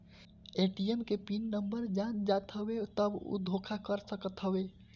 ATM के pin number जान जात हवे तब उ धोखा कर सकत हवे